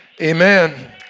Amen